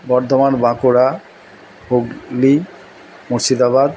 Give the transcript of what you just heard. Bardhaman Bankura Hooghly Murshidabad